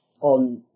on